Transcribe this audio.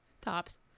tops